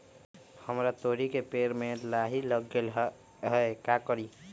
हमरा तोरी के पेड़ में लाही लग गेल है का करी?